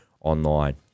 online